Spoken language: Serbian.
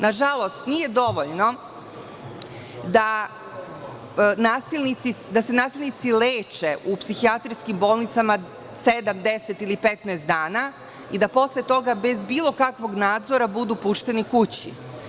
Nažalost, nije dovoljno da se nasilnici leče u psihijatrijskim bolnicama, sedam, 10 ili 15 dana i da posle toga bez bilo kakvog nadzora budu pušteni kući.